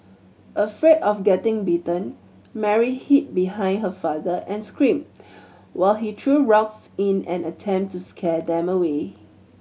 afraid of getting bitten Mary hid behind her father and screamed while he threw rocks in an attempt to scare them away